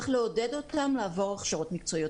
צריך לעודד אותם לעבור הכשרות מקצועיות.